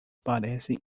parecem